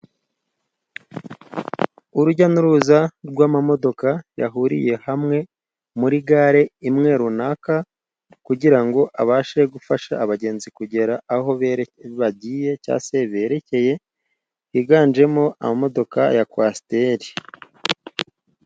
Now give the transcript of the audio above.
Urujya n'uruza rw'amamodoka yahuriye hamwe muri gare imwe runaka kugirango abashe gufasha abagenzi kugera aho bagiye cyangwa se berekeje higanjemo amamodoka ya kwasiteri.